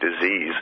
disease